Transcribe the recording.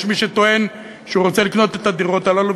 יש מי שטוען שהוא רוצה לקנות את הדירות הללו,